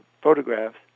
photographs